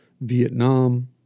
Vietnam